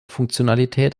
funktionalität